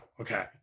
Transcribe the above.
Okay